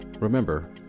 Remember